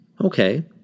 Okay